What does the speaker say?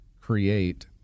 create